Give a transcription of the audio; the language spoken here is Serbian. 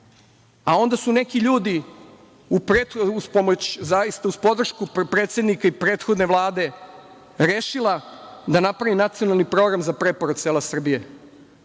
a onda su neki ljudi, zaista uz podršku predsednika i prethodne Vlade, rešili da naprave Nacionalni program za preporod sela Srbije,